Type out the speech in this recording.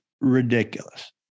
ridiculous